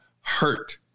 hurt